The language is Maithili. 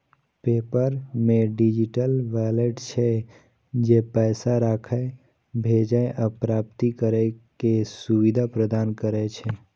पेपल मे डिजिटल वैलेट छै, जे पैसा राखै, भेजै आ प्राप्त करै के सुविधा प्रदान करै छै